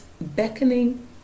beckoning